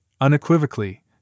unequivocally